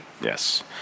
Yes